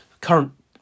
current